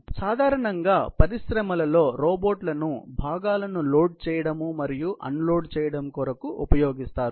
కాబట్టి సాధారణంగా పరిశ్రమలలో రోబోట్ల ను భాగాలను లోడ్ చేయడం మరియు అన్లోడ్ చేయడం కొరకు ఉపయోగిస్తారు